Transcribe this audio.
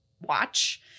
watch